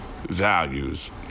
values